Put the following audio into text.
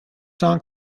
song